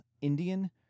Indian